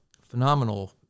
phenomenal